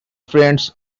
friends